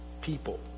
people